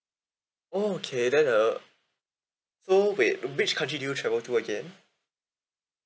oh okay then uh so wait which country do you travel to again